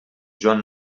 joan